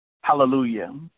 Hallelujah